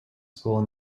school